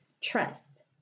trust